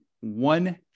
one